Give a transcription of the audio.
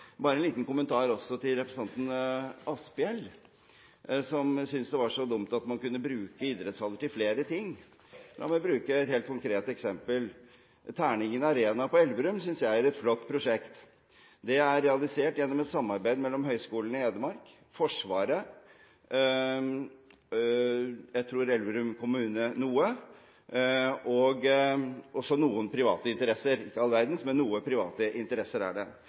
En liten kommentar også til representanten Asphjell, som syntes det var så dumt at man kunne bruke idrettshaller til flere ting. La meg bruke et helt konkret eksempel. Terningen Arena på Elverum synes jeg er et flott prosjekt. Det er realisert gjennom et samarbeid mellom Høgskolen i Hedmark, Forsvaret, jeg tror også Elverum kommune i noen grad, og noen private interesser – ikke all verdens, men noen er det.